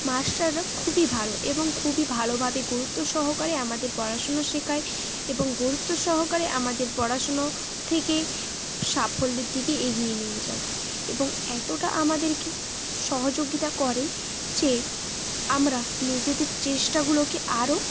মাস্টাররা খুবই ভালো এবং খুবই ভালোভাবে গুরুত্ব সহকারে আমাদের পড়াশুনো শেখায় এবং গুরুত্ব সহকারে আমাদের পড়াশুনো থেকে সাফল্যের দিকে এগিয়ে নিয়ে যায় এবং এতোটা আমাদেরকে সহযোগিতা করে যে আমরা নিজেদের চেষ্টাগুলোকে আরও